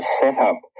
setup